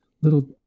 little